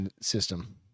system